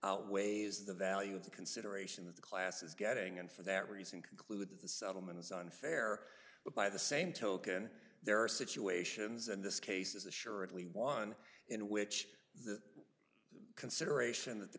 outweighs the value of the consideration that the class is getting and for that reason conclude that the settlements unfair but by the same token there are situations and this case is assuredly one in which the consideration that the